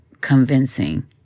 convincing